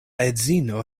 edzino